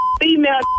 female